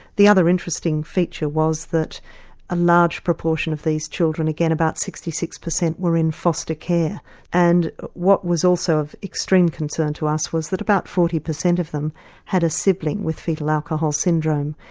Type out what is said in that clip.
the other interesting feature was that a large proportion of these children, again about sixty six percent, were in foster care and what was also of extreme concern to us was that about forty percent of them had a sibling with foetal alcohol syndrome,